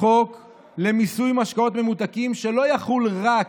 חוק למיסוי משקאות ממותקים, שלא יחול רק